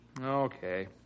Okay